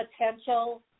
potential